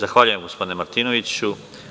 Zahvaljujem, gospodine Martinoviću.